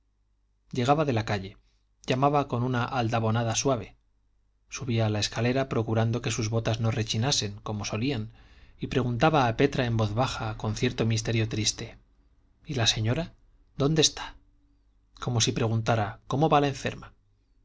llegaba de la calle llamaba con una aldabonada suave subía la escalera procurando que sus botas no rechinasen como solían y preguntaba a petra en voz baja con cierto misterio triste y la señora dónde está como si preguntara cómo va la enferma